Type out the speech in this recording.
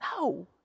No